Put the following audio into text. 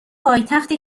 پایتخت